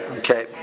okay